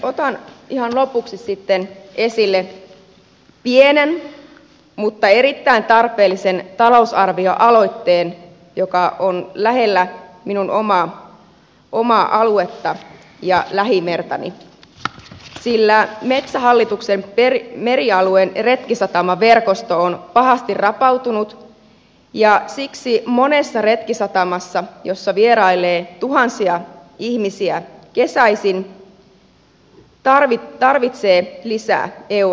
otan ihan lopuksi sitten esille pienen mutta erittäin tarpeellisen talousarvioaloitteen joka on lähellä minun omaa aluettani ja lähimertani sillä metsähallituksen merialueen retkisatamaverkosto on pahasti rapautunut ja siksi monessa retkisatamassa joissa vierailee tuhansia ihmisiä kesäisin tarvitaan lisää euroja